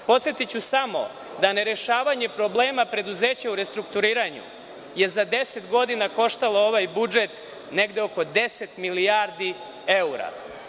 Podsetiću samo da nerešavanje problema preduzeća u restrukturiranju je za 10 godina koštalo ovaj budžet negde oko 10 milijardi evra.